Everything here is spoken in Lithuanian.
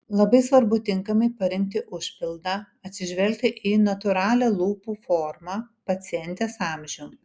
labai svarbu tinkamai parinkti užpildą atsižvelgti į natūralią lūpų formą pacientės amžių